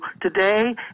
today